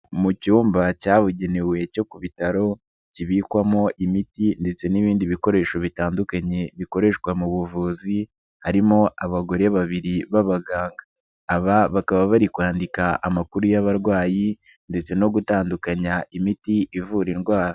Mu cyumba cyabugenewe cyo ku bitaro kibikwamo imiti ndetse n'ibindi bikoresho bitandukanye bikoreshwa mu buvuzi, harimo abagore babiri b'abaganga. Aba bakaba bari kwandika amakuru y'abarwayi ndetse no gutandukanya imiti ivura indwara.